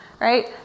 Right